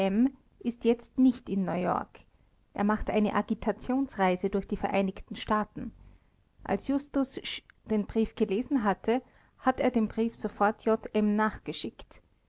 ist jetzt nicht in neuyork er macht eine agitationsreise durch die vereinigten staaten als justus sch den brief gelesen halte hat er den brief sofort j m nachgeschickt